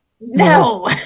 No